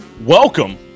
Welcome